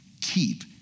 Keep